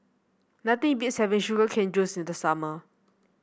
nothing beats having Sugar Cane Juice in the summer